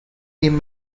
team